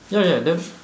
ya ya then